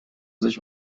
sich